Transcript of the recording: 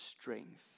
strength